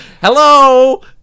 hello